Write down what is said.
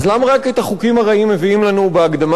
אז למה רק את החוקים הרעים מביאים לנו בהקדמה?